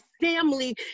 family